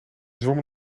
zwommen